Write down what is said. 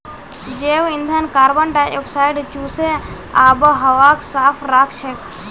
जैव ईंधन कार्बन डाई ऑक्साइडक चूसे आबोहवाक साफ राखछेक